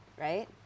right